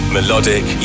Melodic